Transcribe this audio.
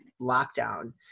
lockdown